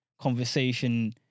conversation